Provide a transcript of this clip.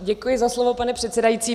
Děkuji za slovo, pane předsedající.